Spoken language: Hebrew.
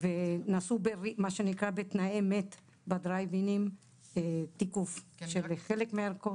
ונעשה מה שנקרא בתנאי אמת בדרייב אינים תיקוף של חלק מהערכות.